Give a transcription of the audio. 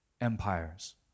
empires